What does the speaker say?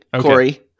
Corey